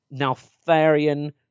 Naltharian